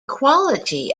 quality